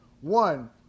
One